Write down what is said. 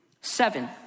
Seven